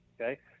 Okay